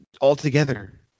altogether